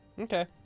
Okay